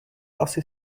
asi